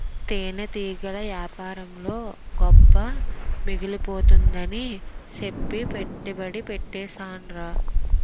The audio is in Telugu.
తేనెటీగల యేపారంలో గొప్ప మిగిలిపోద్దని సెప్పి పెట్టుబడి యెట్టీసేనురా